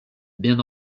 bien